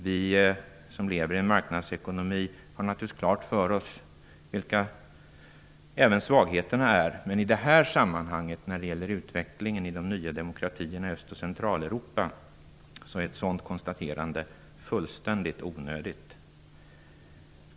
Vi som lever i en marknadsekonomi har naturligtvis klart för oss vilka svagheterna är. Men i det här sammanhanget när det gäller utvecklingen av de nya demokratierna i Östoch Centraleuropa är ett sådant konstaterande fullständigt onödigt.